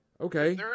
Okay